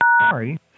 Sorry